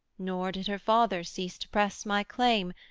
nor did her father cease to press my claim,